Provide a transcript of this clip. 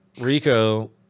Rico